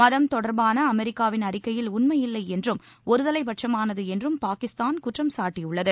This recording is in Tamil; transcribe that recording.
மதம் தொடர்பான அமெரிக்காவின் அறிக்கையில் உண்மையில்லை என்றும் ஒருதலைப்பட்சமானது என்றும் பாகிஸ்தான் குற்றம் சாட்டியுள்ளது